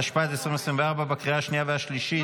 התשפ"ד 2024, לקריאה השנייה והשלישית.